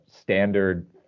standard